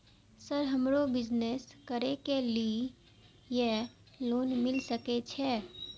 Sir हमरो business करके ली ये लोन मिल सके छे?